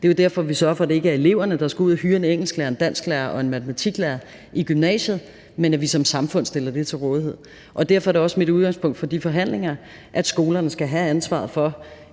Det er jo derfor, vi sørger for, at det ikke er eleverne, der skal ud at hyre en engelsklærer og en dansklærer og en matematiklærer i gymnasiet, men at vi som samfund stiller det til rådighed. Og derfor er det også mit udgangspunkt for de forhandlinger, at skolerne skal have ansvaret for,